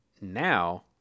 Now